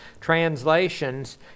translations